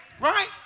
Right